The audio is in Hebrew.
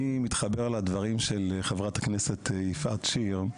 אני מתחבר לדברים של חברת הכנסת מיכל שיר,